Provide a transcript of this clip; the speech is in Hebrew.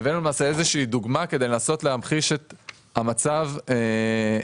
הבאנו איזו שהיא דוגמה כדי לנסות ולהמחיש את המצב כיום.